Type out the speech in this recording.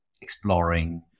exploring